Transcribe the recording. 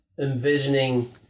envisioning